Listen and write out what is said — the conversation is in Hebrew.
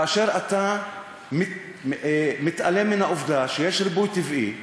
כאשר אתה מתעלם מן העובדה שיש ריבוי טבעי,